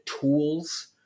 tools